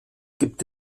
gibt